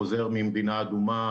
אתה חוזר ממדינה אדומה,